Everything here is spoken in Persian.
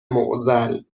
معضل